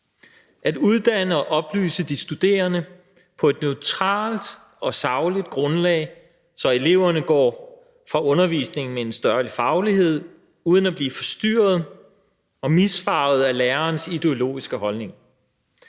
at uddanne og oplyse de studerende på et neutralt og sagligt grundlag, så eleverne går fra undervisningen med en større faglighed uden at blive forstyrret og misfarvet af lærerens ideologiske holdning.